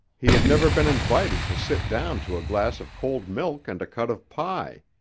he had never been invited to sit down to a glass of cold milk and a cut of pie.